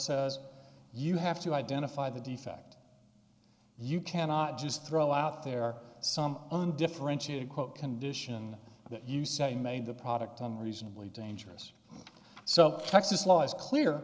says you have to identify the defect you cannot just throw out there some undifferentiated quote condition that you say made the product on reasonably dangerous so